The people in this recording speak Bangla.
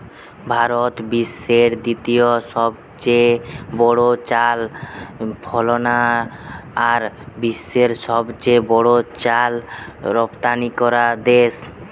ভারত বিশ্বের দ্বিতীয় সবচেয়ে বড় চাল ফলানা আর বিশ্বের সবচেয়ে বড় চাল রপ্তানিকরা দেশ